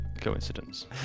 coincidence